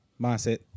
Mindset